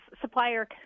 supplier